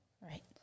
Right